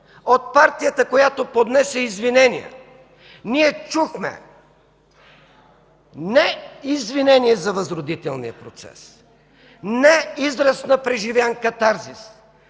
от партията, която поднесе извинение, ние чухме не извинение за възродителния процес, не израз на преживян катарзис.